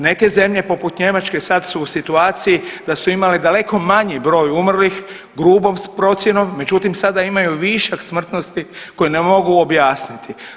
Neke zemlje poput Njemačke sad su u situaciji da su imale daleko manji broj umrlih grubom procjenom, međutim sada imaju višak smrtnosti koji ne mogu objasniti.